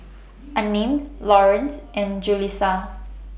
Unnamed Lawrence and Jaleesa